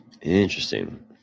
Interesting